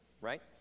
Right